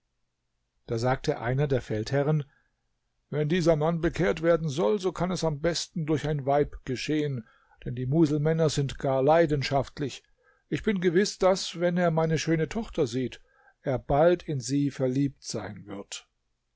da sagte einer der feldherren wenn dieser mann bekehrt werden soll so kann es am besten durch ein weib geschehen denn die muselmänner sind gar leidenschaftlich ich bin gewiß daß wenn er meine schöne tochter sieht er bald in sie verliebt sein wird